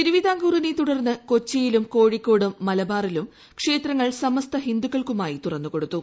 തിരുവിതാംകൂറിനെ തുടർന്ന് കൊച്ചിയിലും കോഴിക്കോടും മലബാറിലും ക്ഷേത്രങ്ങൾ സമസ്ത ഹിന്ദുക്കൾക്കുമായി തുറന്നുകൊടുത്തു